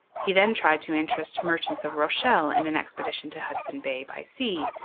he then tried to interest merchants of rochelle in an expedition to hudson bay by sea,